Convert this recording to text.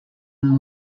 amb